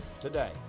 today